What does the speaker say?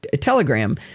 Telegram